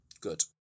Good